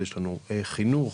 משרד החינוך,